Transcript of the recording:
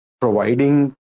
providing